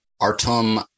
Artem